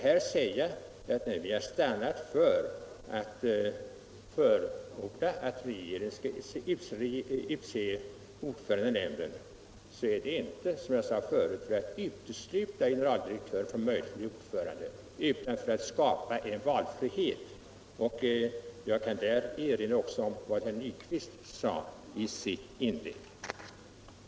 När vi har stannat för att förorda att regeringen skall utse ordförande i nämnden, är det — som jag förut har sagt — inte för att utesluta generaldirektören från möjligheten att bli ordförande utan för att skapa en valfrihet. Jag kan här hänvisa till vad herr Nyquist sade i sitt inlägg.